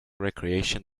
recreation